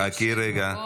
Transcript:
חכי רגע.